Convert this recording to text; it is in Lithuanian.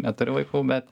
neturiu vaikų bet